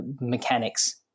mechanics